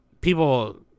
people